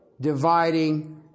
dividing